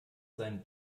seinen